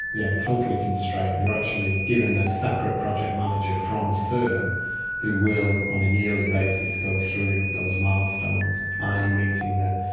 yeah totally constrained. you're actually given a separate project manager from cirm who will on a yearly basis go through those milestones are you meeting them?